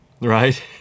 right